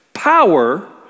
Power